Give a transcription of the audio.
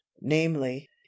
namely